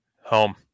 home